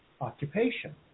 occupation